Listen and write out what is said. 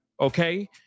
Okay